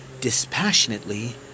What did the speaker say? dispassionately